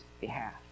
behalf